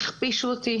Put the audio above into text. הכפישו אותי